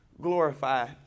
Glorify